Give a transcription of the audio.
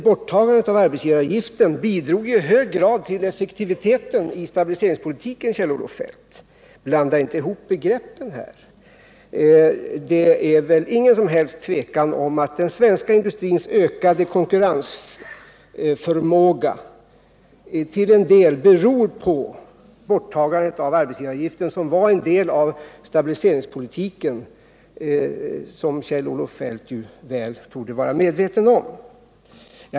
Borttagandet av arbetsgivaravgiften bidrog i hög grad till effektiviteten i stabiliseringspolitiken, Kjell-Olof Feldt. Blanda inte ihop begreppen! Det är väl inget som helst tvivel om att den svenska industrins ökade konkurrensförmåga till en del beror på borttagandet av arbetsgivaravgiften.